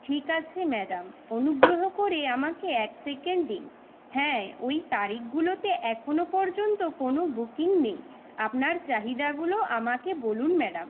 ঠিক আছে ম্যাডাম অনুগ্রহ করে আমাকে এক সেকেন্ড দিন হ্যাঁ ওই তারিখগুলোতে এখনো পর্যন্ত কোনো বুকিং নেই আপনার চাহিদাগুলো আমাকে বলুন ম্যাডাম